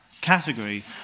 category